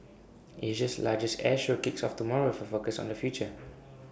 Asia's largest air show kicks off tomorrow with A focus on the future